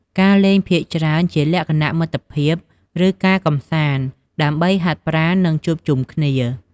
ការលេងភាគច្រើនជាលក្ខណៈ មិត្តភាព ឬ ការកម្សាន្ត ដើម្បីហាត់ប្រាណ និងជួបជុំគ្នា។